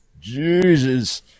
Jesus